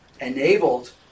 enabled